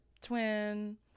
twin